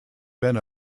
been